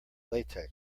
latex